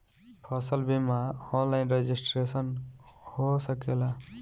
फसल बिमा online registration हो सकेला?